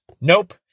Nope